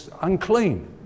unclean